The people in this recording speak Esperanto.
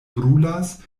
brulas